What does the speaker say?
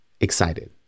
excited